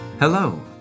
Hello